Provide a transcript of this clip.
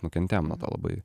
nukentėjom nuo to labai